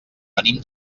venim